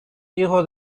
hijo